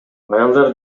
аялдар